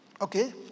Okay